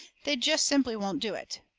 they jest simply won't do it.